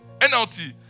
NLT